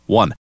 one